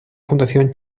fundación